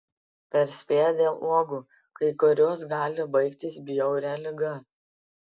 perspėja dėl uogų kai kurios gali baigtis bjauria liga